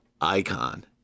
icon